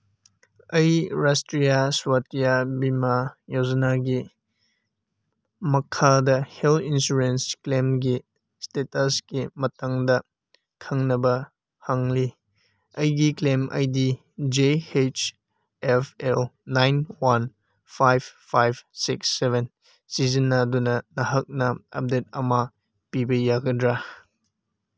ꯑꯩꯒꯤ ꯔꯥꯁꯇꯤꯌꯥ ꯁ꯭ꯋꯥꯇꯤꯌꯥ ꯕꯤꯃꯥ ꯌꯣꯖꯅꯥꯒꯤ ꯃꯈꯥꯗ ꯍꯦꯜꯠ ꯏꯟꯁꯨꯔꯦꯟꯁ ꯀ꯭ꯂꯦꯝꯒꯤ ꯏꯁꯇꯦꯇꯁꯀꯤ ꯃꯇꯪꯗ ꯈꯪꯅꯕ ꯍꯪꯂꯤ ꯑꯩꯒꯤ claim I D J H F L nine one five five six seven ꯁꯤꯖꯤꯟꯅꯗꯨꯅ ꯅꯍꯥꯛꯅ ꯑꯞꯗꯦꯠ ꯑꯃ ꯄꯤꯕ ꯌꯥꯒꯗ꯭ꯔꯥ